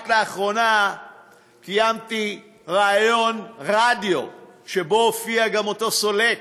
רק לאחרונה קיימתי ריאיון רדיו שבו הופיע גם אותו סולק.